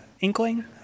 inkling